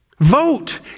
Vote